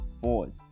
Ford